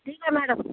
ठीक आहे मॅडम